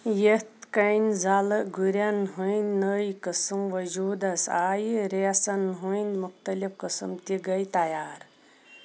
یِتھ کٔنۍ زَلہٕ گُرٮ۪ن ہٕنٛدۍ نٔوۍ قٕسٕم وجوٗدس آیہِ ریسَن ہٕنٛدۍ مُختٔلِف قٕسٕم تہِ گٔیہِ تَیار